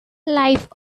life